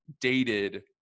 dated